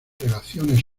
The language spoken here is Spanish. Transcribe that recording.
relaciones